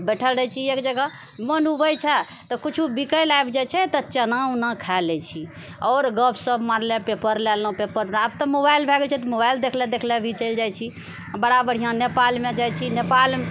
बैठल रहैत छी एक जगह मन उबैत छै तऽ कुछ बिकाइले आबि जाइत छै तऽ चना वना खाइ लैत छि आओर गप्प सप्प मारलय पेपर लेलौंह तऽ पेपर आब तऽ मोबाइल भए गेल छै तऽ मोबाइल देखलै देखलै भी चलि जाइत छी बड़ा बढ़िआँ नेपालमे जाइत छी नेपाल